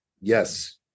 Yes